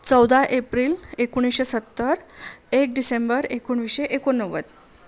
चौदा एप्रिल एकोणीसशे सत्तर एक डिसेंबर एकोणीसशे एकोणनव्वद